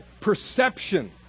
perception